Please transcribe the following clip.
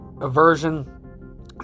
aversion